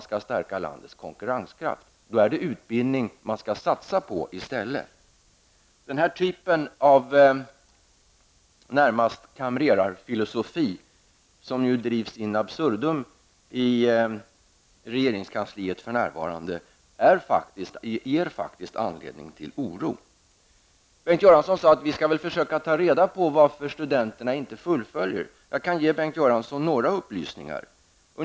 Då är det tvärtom utbildning som man skall satsa på. Den här typen av närmast kamrerarfilosofi som för närvarande drivs in absurdum i regeringskansliet ger faktiskt anledning till oro. Bengt Göransson sade att vi skall försöka ta reda på varför studenterna inte fullföljer sina studier. Jag kan ge Bengt Göransson några upplysningar.